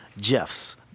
Jeff's